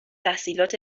تحصیلات